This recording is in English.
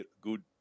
good